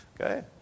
Okay